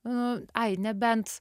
nu ai nebent